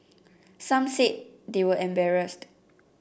some said they were embarrassed